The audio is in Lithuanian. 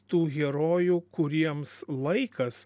tų herojų kuriems laikas